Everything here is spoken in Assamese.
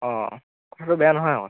অঁ কথাটো বেয়া নহয় অঁ